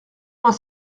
vingt